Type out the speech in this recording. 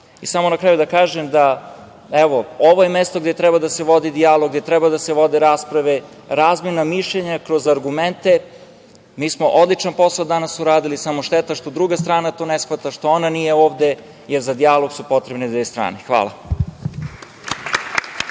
na kraju da kažem da, evo, ovo je mesto gde treba da se vodi dijalog, gde treba da se vode rasprave, razmena mišljenja kroz argumente. Mi smo odličan posao danas uradili, samo šteta što druga strana to ne shvata, što ona nije ovde, jer za dijalog su potrebne dve strane. Hvala.